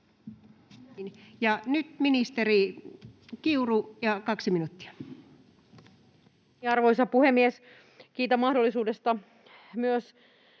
nyt ministeri Kiuru, 2 minuuttia. Arvoisa puhemies! Kiitän mahdollisuudesta